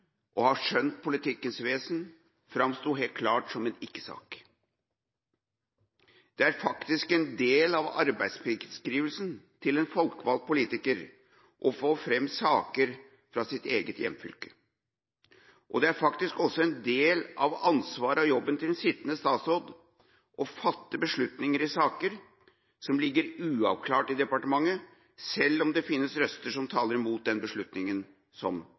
og har skjønt politikkens vesen, helt klart framsto som en ikke-sak. Det er faktisk en del av arbeidsbeskrivelsen til en folkevalgt politiker å få fram saker fra sitt eget hjemfylke. Det er faktisk også en del av ansvaret og jobben til en sittende statsråd å fatte beslutninger i saker som ligger uavklart i departementet, selv om det finnes røster som taler imot den beslutninga som